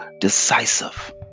decisive